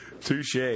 Touche